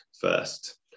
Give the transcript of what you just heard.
first